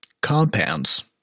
compounds